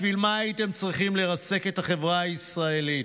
בשביל מה הייתם צריכים לרסק את החברה הישראלית?